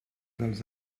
dels